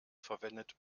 verwendet